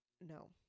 No